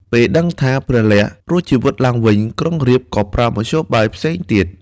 ពេលដឹងថា ព្រះលក្សណ៍រួចជីវិតឡើងវិញ ក្រុងរាពណ៍ក៏ប្រើមធ្យោបាយផ្សេងទៀត។